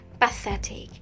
Pathetic